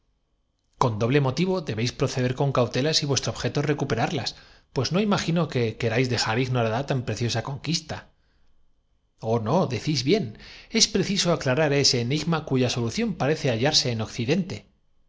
con doble motivo debéis proceder con cautela si pueblo su muerte por accidente natural se disponía a vuestro objeto es recuperarlas pues no imagino que celebrar segundas nupcias con la extranjera á cuyos queráis dejar ignorada tan preciosa conquista parientes había ofrecido en cambio del consentimien i oh no decís bien es preciso aclarar ese enig to el secreto de la inmortalidad ma cuya solución parece hallarse en occidente